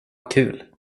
kul